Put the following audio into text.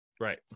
Right